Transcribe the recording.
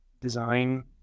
design